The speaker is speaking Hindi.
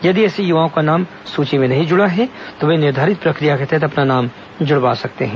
यदि ऐसे युवाओं का नाम नहीं जुड़ा है तो वे निर्धारित प्रक्रिया के तहत अपना नाम जुड़वा सकते हैं